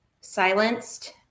silenced